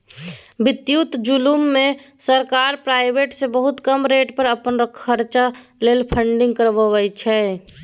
बित्तीय जुलुम मे सरकार प्राइबेट सँ बहुत कम रेट पर अपन खरचा लेल फंडिंग करबाबै छै